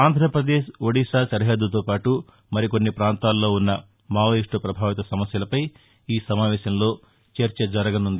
ఆంధ్రప్రదేశ్ ఒడిశా సరిహద్దుతో పాటు మరికొన్ని ప్రాంతాల్లో ఉన్న మావోయిస్టు ప్రభావిత సమస్యలపై ఈ సమావేశంలో చర్చ జరగనుంది